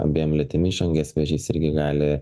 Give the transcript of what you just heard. abiem lytim išangės vėžys irgi gali